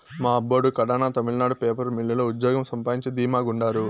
మా అబ్బోడు కడాన తమిళనాడు పేపర్ మిల్లు లో ఉజ్జోగం సంపాయించి ధీమా గుండారు